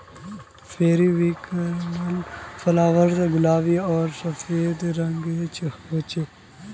periwinkle flower गुलाबी आर सफ़ेद रंगेर होचे